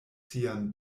sian